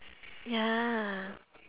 ya